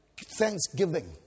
Thanksgiving